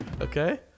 Okay